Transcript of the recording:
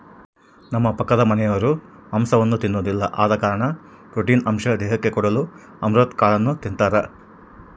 ನಮ್ಮ ಪಕ್ಕದಮನೆರು ಮಾಂಸವನ್ನ ತಿನ್ನೊದಿಲ್ಲ ಆದ ಕಾರಣ ಪ್ರೋಟೀನ್ ಅಂಶ ದೇಹಕ್ಕೆ ಕೊಡಲು ಅಮರಂತ್ ಕಾಳನ್ನು ತಿಂತಾರ